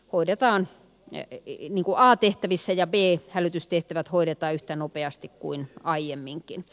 hoidetaan ne tehtiin iguaatehtävissä ja viit hälytystehtävät hoidetaan yhtä nopeasti kuin aiemminkin i